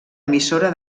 emissora